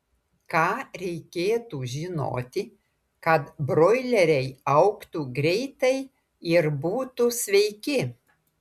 ką reikėtų žinoti kad broileriai augtų greitai ir būtų sveiki